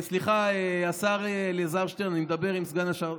סליחה, השר אלעזר שטרן, אני מדבר עם סגן השר.